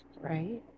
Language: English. Right